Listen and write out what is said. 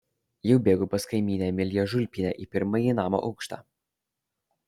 jau bėgu pas kaimynę emiliją žulpienę į pirmąjį namo aukštą